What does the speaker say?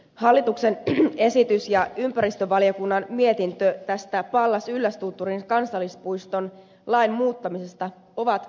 hallituksen esitys ja ympäristövaliokunnan mietintö tämän pallas yllästunturin kansallispuiston lain muuttamisesta ovat tervetulleita